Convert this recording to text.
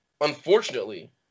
unfortunately